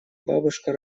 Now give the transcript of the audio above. бабушка